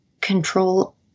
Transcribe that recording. control